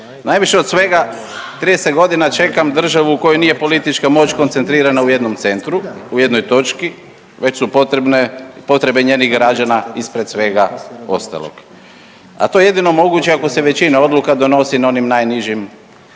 najviše od svega 30 godina čekam državu u kojoj nije politička moć koncentrirana u jednom centru, u jednoj točki već su potrebe njenih građana ispred svega ostalog. A to je jedino moguće ako se većina odluka donosi na onim najnižim